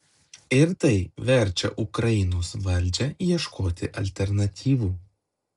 ir tai verčia ukrainos valdžią ieškoti alternatyvų